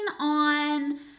on